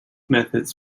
methods